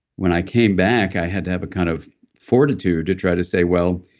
when i came back, i had to have a kind of fortitude to try to say, well,